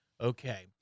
okay